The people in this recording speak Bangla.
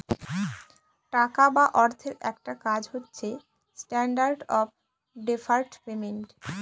টাকা বা অর্থের একটা কাজ হচ্ছে স্ট্যান্ডার্ড অফ ডেফার্ড পেমেন্ট